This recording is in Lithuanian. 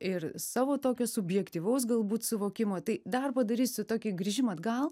ir savo tokio subjektyvaus galbūt suvokimo tai dar padarysiu tokį grįžimą atgal